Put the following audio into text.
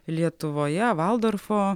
lietuvoje valdorfo